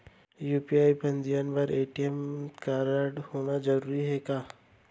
UPI पंजीयन बर ATM कारडहोना जरूरी हे का?